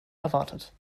erwartet